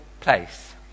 place